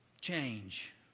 change